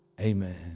Amen